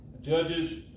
Judges